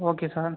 okay sir